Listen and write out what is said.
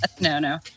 No-no